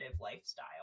lifestyle